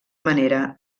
manera